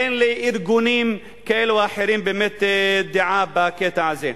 אין לארגונים כאלה או אחרים באמת דעה בקטע הזה.